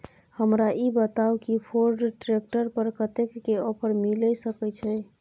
हमरा ई बताउ कि फोर्ड ट्रैक्टर पर कतेक के ऑफर मिलय सके छै?